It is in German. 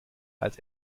als